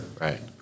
Right